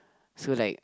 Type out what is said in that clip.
so like